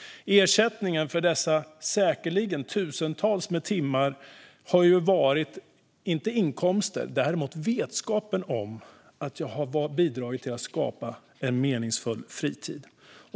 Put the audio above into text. Ersättningen för dessa säkerligen tusentals timmar har inte varit inkomster, däremot vetskapen om att jag har bidragit till att skapa en meningsfull fritid.